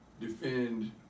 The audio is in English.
defend